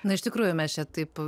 na iš tikrųjų mes čia taip